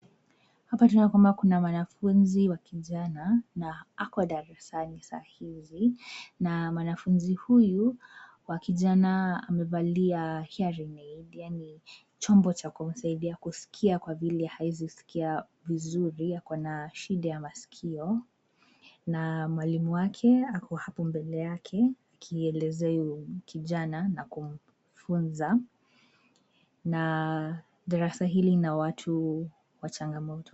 Hapa tunaona kwamba kuna mwanafunzi wa kijana na ako darasani sahizi na mwanafunzi huyu wa kijana amevalia hearing aid yaani chombo cha kumsaidia kusikia kwa vile hawezi sikia vizuri. Ako na shida ya masikio na mwalimu wake ako hapo mbele yake akielezea huyo kijana na kumfunza na darasa hili lina watu wa changamoto.